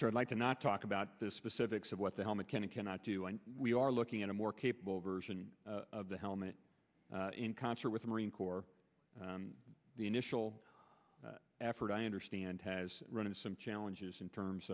i'd like to not talk about the specifics of what the helmet can and cannot do and we are looking at a more capable version of the helmet in concert with the marine corps the initial effort i understand has run into some challenges in terms